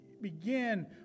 begin